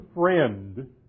friend